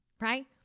Right